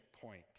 point